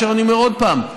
ואני אומר עוד פעם,